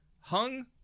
Hung